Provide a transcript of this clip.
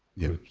yeah,